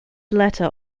letter